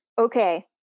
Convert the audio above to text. Okay